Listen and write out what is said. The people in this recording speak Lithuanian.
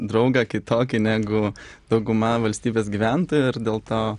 draugą kitokį negu dauguma valstybės gyventojų ir dėl to